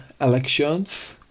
elections